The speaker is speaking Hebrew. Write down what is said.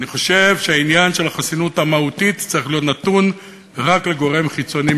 אני חושב שהעניין של החסינות המהותית צריך להיות נתון רק לגורם חיצוני.